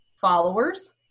followers